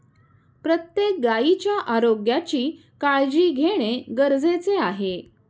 प्रत्येक गायीच्या आरोग्याची काळजी घेणे गरजेचे आहे